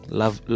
love